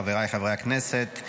חבריי חברי הכנסת,